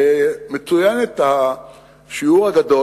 מצוין השיעור הגדול,